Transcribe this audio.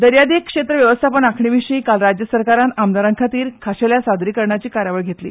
दर्यादेग क्षेत्र वेवस्थापन आंखणी विशी आयज राज्य सरकारान आमदारांखातीर खाशेल्या सादरीकरणाची कार्यावळ घेतली